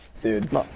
Dude